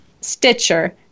Stitcher